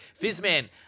fizzman